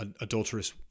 adulterous